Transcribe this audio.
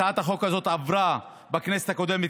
הצעת החוק הזאת עברה בכנסת הקודמת,